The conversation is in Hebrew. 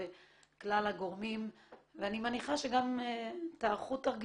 כי ראש רח"ל אני רק מ-7 באוקטובר.